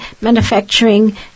manufacturing